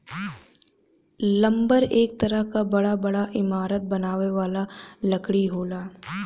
lumber एक तरह क बड़ा बड़ा इमारत बनावे वाला लकड़ी होला